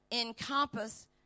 encompass